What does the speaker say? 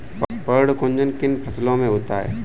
पर्ण कुंचन किन फसलों में होता है?